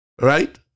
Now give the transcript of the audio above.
Right